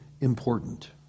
important